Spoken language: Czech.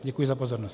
Děkuji za pozornost.